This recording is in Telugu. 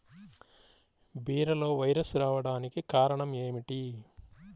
బీరలో వైరస్ రావడానికి కారణం ఏమిటి?